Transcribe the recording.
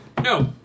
No